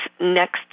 next